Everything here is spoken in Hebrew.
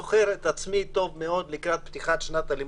זוכר את עצמי לקראת פתיחת שנת הלימודים,